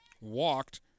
walked